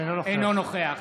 אינו נוכח